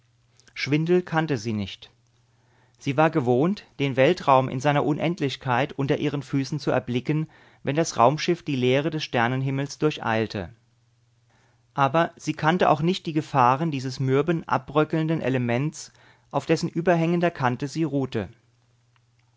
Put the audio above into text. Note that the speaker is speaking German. schwindel kannte sie nicht sie war gewohnt den weltraum in seiner unendlichkeit unter ihren füßen zu erblicken wenn das raumschiff die leere des sternenhimmels durcheilte aber sie kannte auch nicht die gefahren dieses mürben abbröckelnden elements auf dessen überhängender kante sie ruhte